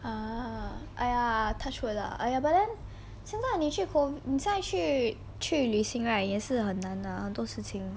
ah !aiya! touch wood lah !aiya! but then 现在你去 COVI~ 在去去旅行 right 也是很难阿很多事情:ye shi hen nan ahen duo shi qing